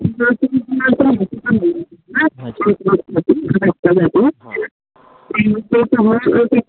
हां